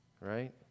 Right